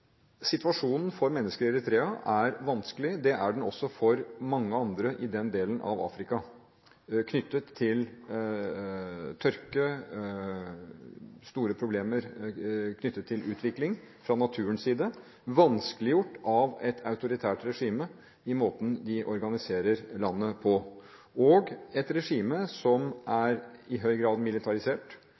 Situasjonen for mennesker i Eritrea er vanskelig. Det er den også for mange andre i den delen av Afrika. Det er store problemer knyttet til tørke, og det er store problemer knyttet til utvikling fra naturens side, vanskeliggjort av et autoritært regime i måten de organiserer landet på, og et regime som i høy grad er militarisert,